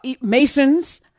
masons